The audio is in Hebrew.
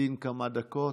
נחכה כמה דקות.